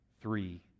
three